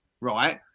right